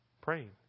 praying